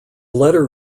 letter